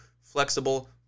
flexible